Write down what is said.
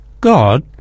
God